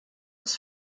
des